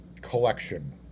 collection